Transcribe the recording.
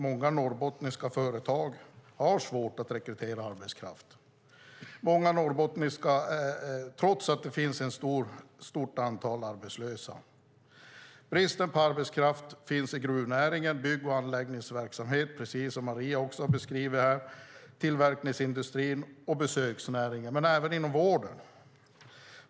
Många norrbottniska företag har svårt att rekrytera arbetskraft, trots att det finns ett stort antal arbetslösa. Brist på arbetskraft finns inom gruvnäringen, bygg och anläggningsverksamheten, precis som Maria har beskrivit, tillverkningsindustrin och besöksnäringen men även inom vården.